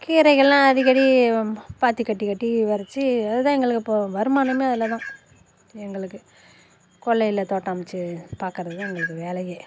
கீரைகள்லாம் அடிக்கடி பாத்திக்கட்டி கட்டி விதச்சி அது தான் எங்களுக்கு இப்போ வருமானன் அதில் தான் எங்களுக்கு கொல்லையில் தோட்டம் அமைத்து பார்க்கறது தான் எங்களுக்கு வேலை